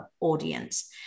audience